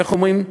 איך אומרים,